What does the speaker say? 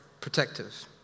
protective